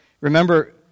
Remember